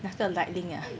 那个 lightning ah